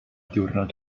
diwrnod